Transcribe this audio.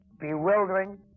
bewildering